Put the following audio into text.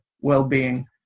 well-being